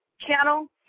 channel